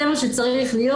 זה מה שצריך להיות.